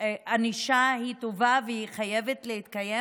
ענישה היא טובה והיא חייבת להתקיים,